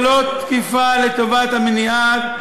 יכולות תקיפה לטובת המניעה,